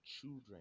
children